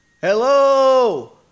Hello